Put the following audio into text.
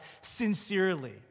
sincerely